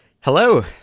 Hello